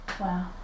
Wow